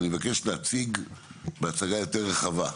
אבל אני אבקש להציג בהצגה יותר רחבה,